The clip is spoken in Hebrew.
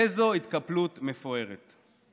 איזו התקפלות מפוארת.